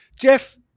Jeff